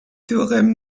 théorème